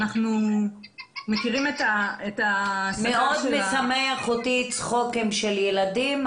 אנחנו מכירים את הענף הזה ואת ההתעסקות עם העובדים הזרים,